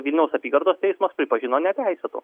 vilniaus apygardos teismas pripažino neteisėtu